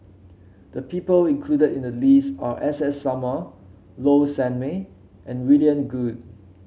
the people included in the list are S S Sarma Low Sanmay and William Goode